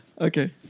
Okay